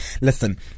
listen